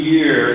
Year